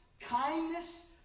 kindness